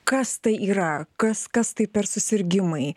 kas tai yra kas kas tai per susirgimai